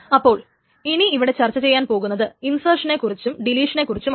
അപ്പോൾ ഇനി ഇവിടെ ചർച്ച ചെയ്യാൻ പോകുന്നത് ഇൻസേർഷനെക്കുറിച്ചും ഡെലീഷനെക്കുറിച്ചും ആണ്